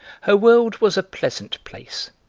her world was a pleasant place,